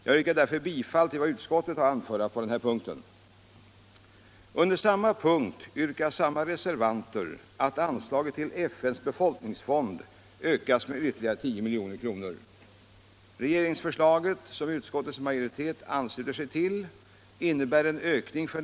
Jag yrkar därför bifall till vad utskottet har att anföra på denna punkt.